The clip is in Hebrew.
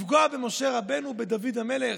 לפגוע במשה רבינו ובדוד המלך?